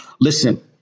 Listen